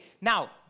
Now